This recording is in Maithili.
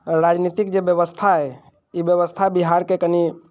राजनीतिक जे व्यवस्था अइ ई व्यवस्था बिहारके कनि